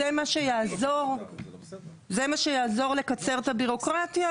זה מה שיעזור לקצר את הבירוקרטיה,